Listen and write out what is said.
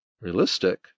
realistic